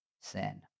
sin